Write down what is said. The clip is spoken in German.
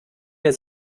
der